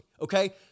okay